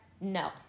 no